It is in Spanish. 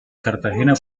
cartagena